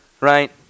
right